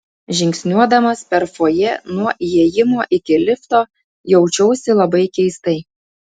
žingsniuodamas per fojė nuo įėjimo iki lifto jaučiausi labai keistai